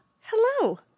hello